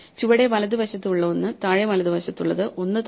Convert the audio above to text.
ചുവടെ വലതുവശത്ത് ഉള്ള ഒന്ന് താഴെ വലത് വശത്തുള്ളത് ഒന്ന് താഴെ